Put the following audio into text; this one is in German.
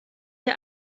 ihr